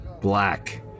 Black